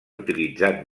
utilitzant